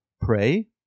pray